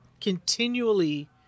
continually